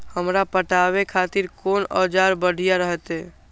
हमरा पटावे खातिर कोन औजार बढ़िया रहते?